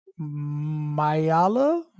Mayala